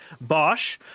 Bosch